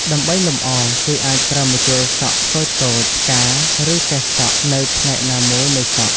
ដើម្បីលម្អ គេអាចប្រើម្ជុលសក់តូចៗ ផ្កា ឬកេសសក់នៅផ្នែកណាមួយនៃសក់។